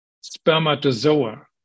spermatozoa